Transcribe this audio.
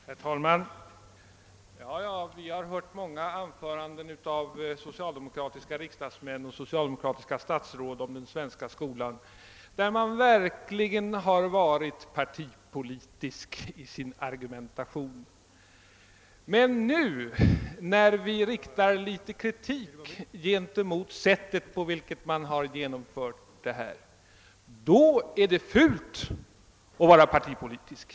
Herr talman! Vi har hört många anföranden av socialdemokratiska riksdagsmän och socialdemokratiska statsråd om den svenska skolan, där man verkligen har varit partipolitisk i sin argumentation. Men nu, när vi riktar litet kritik mot det sätt, på vilket man har genomfört reformerna, då är det fult att vara partipolitisk.